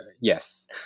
Yes